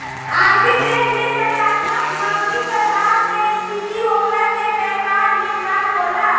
arbitrage में सकारात्मक नगदी प्रबाह के स्थिति होखला से बैपार में लाभ होला